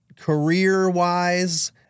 Career-wise